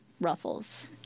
ruffles